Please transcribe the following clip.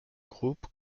groupes